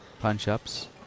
punch-ups